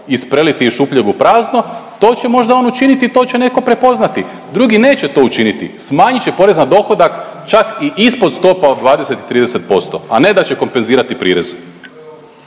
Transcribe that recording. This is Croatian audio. ispreliti iz šupljeg u prazno to će možda on učiniti i to će neko prepoznati. Drugi neće to učiniti, smanjit će porez na dohodak čak i ispod stopa od 20 i 30%, a ne da će kompenzirati prirez.